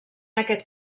aquest